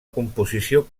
composició